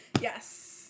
yes